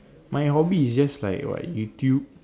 my hobby is just like what YouTube